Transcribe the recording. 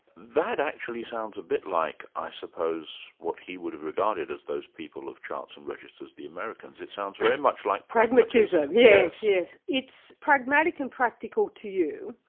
that actually sounds a bit like, i suppose, what he would have regarded as those people of charts and registers, the americans it sounds very much like pragmatism. pragmatism, yes. it's pragmatic and practical to you,